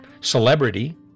celebrity